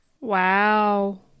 Wow